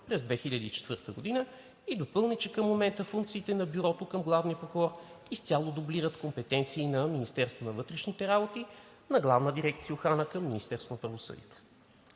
през 2004 г. и допълни, че към момента функциите на Бюрото към главния прокурор изцяло дублират компетенции на Министерството на вътрешните работи и на Главна дирекция „Охрана“ към Министерството на правосъдието.